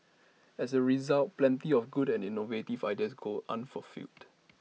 as A result plenty of good and innovative ideas go unfulfilled